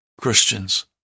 Christians